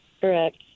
Correct